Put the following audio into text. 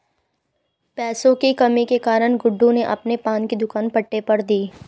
पैसे की कमी के कारण गुड्डू ने अपने पान की दुकान पट्टे पर दी